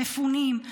מפונים,